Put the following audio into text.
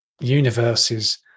universes